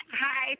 Hi